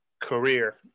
career